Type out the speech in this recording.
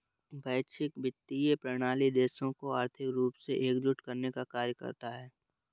वैश्विक वित्तीय प्रणाली देशों को आर्थिक रूप से एकजुट करने का कार्य करता है